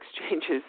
exchanges